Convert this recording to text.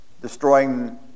destroying